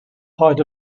height